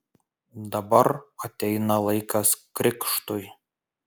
dabar ateina laikas krikštui